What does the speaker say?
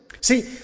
See